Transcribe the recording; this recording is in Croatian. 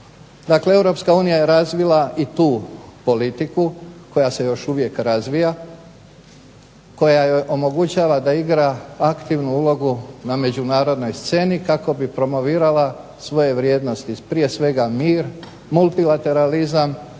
Dakle, Europska unija je razvila i tu politiku, koja se još uvijek razvija, koja joj omogućava da igra aktivnu ulogu na međunarodnoj sceni kako bi promovirala svoje vrijednosti, prije svega mir, multilateralizam